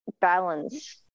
Balance